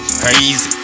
crazy